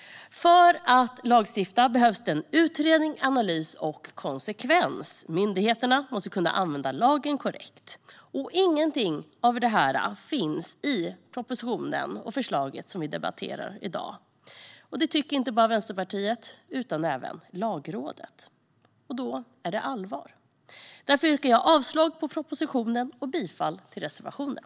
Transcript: För att lagstifta behövs det utredning, analys och konsekvens. Myndigheterna måste kunna använda lagen korrekt. Inget av detta finns i denna proposition. Det anser inte bara Vänsterpartiet utan även Lagrådet, och då är det allvar. Därför yrkar jag på avslag på propositionen och bifall till reservationen.